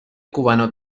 cubano